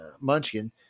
Munchkin